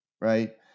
right